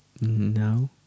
No